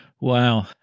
Wow